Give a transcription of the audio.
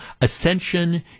Ascension